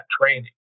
training